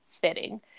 fitting